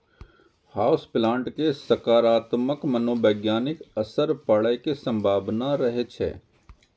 house plant के सकारात्मक मनोवैज्ञानिक असर पड़ै के संभावना रहै छै